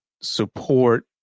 support